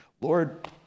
Lord